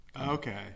Okay